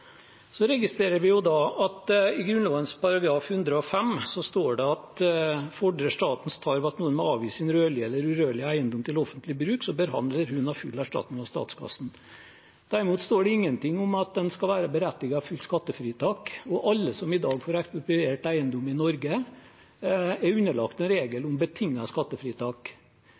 Vi registrerer at det i § 105 i Grunnloven står: «Fordrer statens tarv at noen må avgi sin rørlige eller urørlige eiendom til offentlig bruk, så bør han eller hun ha full erstatning av statskassen.» Derimot står det ingenting om at en skal være berettiget fullt skattefritak, og alle som i dag får ekspropriert eiendom i Norge, er underlagt en regel om betinget skattefritak.